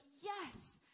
yes